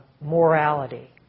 morality